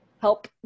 help